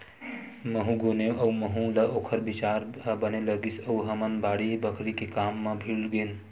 महूँ गुनेव अउ महूँ ल ओखर बिचार ह बने लगिस अउ हमन बाड़ी बखरी के काम म भीड़ गेन